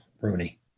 rooney